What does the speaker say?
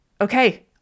okay